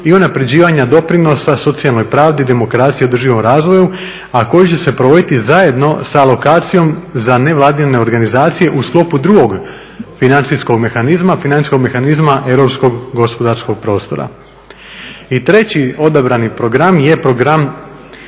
i unapređivanja doprinosa socijalnoj pravdi, demokraciji i održivom razvoju a koji će se provoditi zajedno sa alokacijom za nevladine organizacije u sklopu drugog financijskog mehanizma, financijskog mehanizma europskog gospodarskog prostora. I treći odabrani program je program